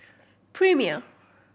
Premier